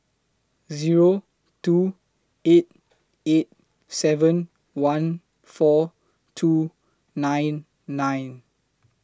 Zero two eight eight seven one four two nine nine